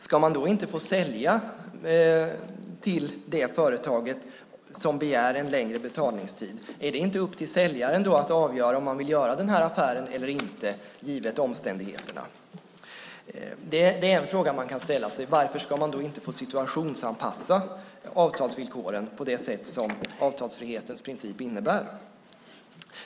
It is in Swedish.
Ska man då inte få sälja till det företag som begär en längre betalningstid? Är det inte upp till säljaren att avgöra om han vill göra den här affären eller inte givet omständigheterna? Det är en fråga som man kan ställa sig. Varför ska man då inte få situationsanpassa avtalsvillkoren på det sätt som avtalsfrihetens princip innebär?